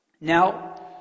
Now